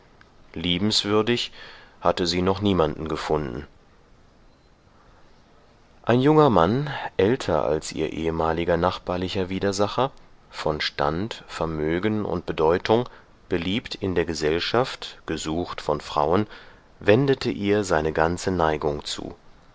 liebenswürdig hatte sie noch niemanden gefunden ein junger mann älter als ihr ehemaliger nachbarlicher widersacher von stand vermögen und bedeutung beliebt in der gesellschaft gesucht von frauen wendete ihr seine ganze neigung zu